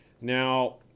Now